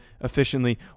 efficiently